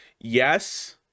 yes